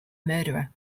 murderer